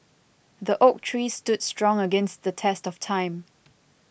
the oak tree stood strong against the test of time